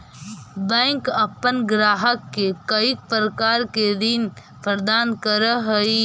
bank अपन ग्राहक के कईक प्रकार के ऋण प्रदान करऽ हइ